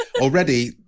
Already